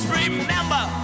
remember